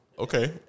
Okay